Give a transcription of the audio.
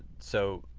so,